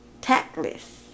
tactless